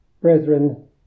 Brethren